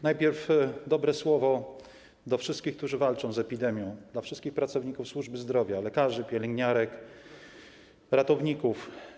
Najpierw dobre słowo do wszystkich, którzy walczą z epidemią, do wszystkich pracowników służby zdrowia, lekarzy, pielęgniarek, ratowników.